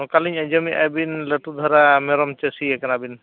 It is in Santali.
ᱚᱱᱠᱟᱞᱤᱧ ᱟᱸᱡᱚᱢᱮᱜᱼᱟ ᱟᱹᱵᱤᱱ ᱞᱟᱹᱴᱩ ᱫᱷᱟᱨᱟ ᱢᱮᱨᱚᱢ ᱪᱟᱹᱥᱤ ᱟᱠᱟᱱᱟᱵᱤᱱ